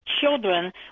children